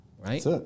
right